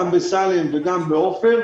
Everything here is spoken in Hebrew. גם בסאלם וגם בעופר,